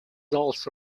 also